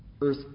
earth